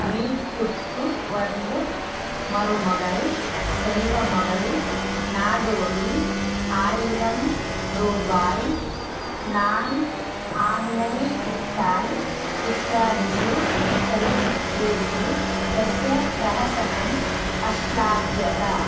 वीट्टुक्कु वन्द् मरुमगळ् सेल्वमगळ् नाडोडि आयिरं रूबाय् नान् आन्नैयिट्टाल् इत्यादिषु चलच्चित्रेषु तस्य प्रहसनम् अश्लाघ्यता